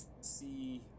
see